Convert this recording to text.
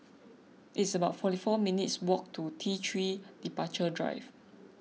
it's about forty four minutes' walk to T three Departure Drive